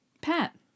Pat